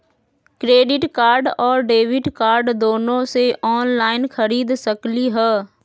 Credit card और debit card दोनों से ऑनलाइन खरीद सकली ह?